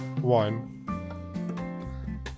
one